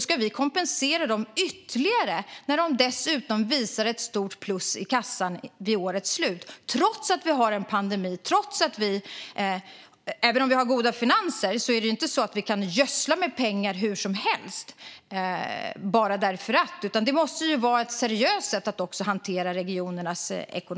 Ska vi kompensera dem ytterligare när de dessutom visar ett stort plus i kassan vid årets slut, trots att vi har en pandemi? Även om vi har goda finanser är det ju inte så att vi kan gödsla med pengar hur som helst bara därför att. Regionernas ekonomi måste hanteras på ett seriöst sätt.